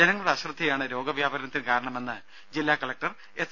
ജനങ്ങളുടെ അശ്രദ്ധയാണ് രോഗവ്യാപനത്തിന് കാരണമെന്ന് ജില്ലാ കലക്ടർ എസ്